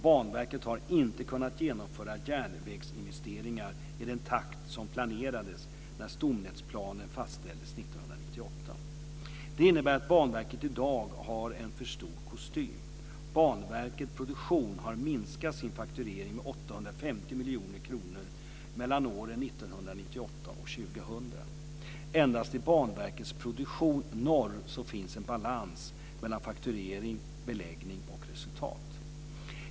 Banverket har inte kunnat genomföra järnvägsinvesteringar i den takt som planerades när stomnätsplanen fastställdes 1998. Det innebär att Banverket i dag har en för stor kostym. Banverket Produktion har minskat sin fakturering med 850 miljoner kronor mellan åren 1998 och 2000. Endast i Banverket Produktion Norr finns en balans mellan fakturering, beläggning och resultat.